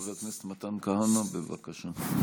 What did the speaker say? חבר הכנסת מתן כהנא, בבקשה.